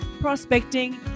prospecting